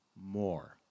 more